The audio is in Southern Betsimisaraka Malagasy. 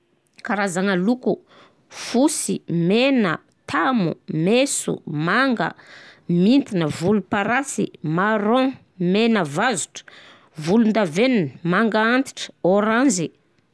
Karazagna loko: fosy, mena, tamo, menso, manga, mintina, volom-parasy, marron, mena vazotra, volon-davenona, manga antitry, ôranzy.